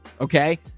Okay